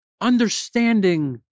Understanding